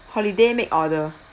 holiday make order